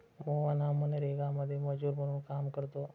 मोहन हा मनरेगामध्ये मजूर म्हणून काम करतो